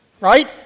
Right